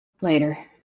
later